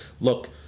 look